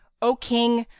o king,